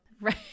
Right